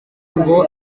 ngo